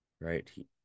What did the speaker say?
right